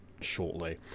shortly